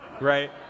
right